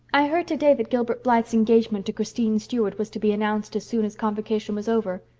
i heard today that gilbert blythe's engagement to christine stuart was to be announced as soon as convocation was over.